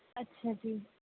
ਅੱਛਾ ਜੀ